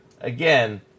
again